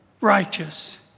righteous